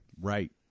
right